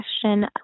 question